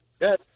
Yes